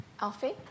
Alfie